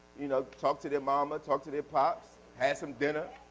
you know? talk to their mama, talk to their pops, have some dinner.